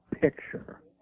picture